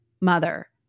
mother